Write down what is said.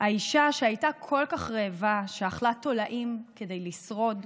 האישה שהייתה כל כך רעבה, שאכלה תולעים כדי לשרוד,